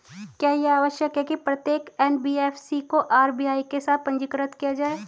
क्या यह आवश्यक है कि प्रत्येक एन.बी.एफ.सी को आर.बी.आई के साथ पंजीकृत किया जाए?